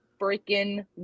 freaking